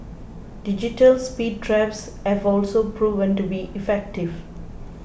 digital speed traps have also proven to be effective